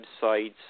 websites